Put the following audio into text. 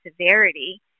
severity